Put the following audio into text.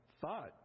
thought